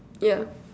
yeah